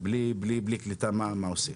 בלי קליטה.